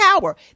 power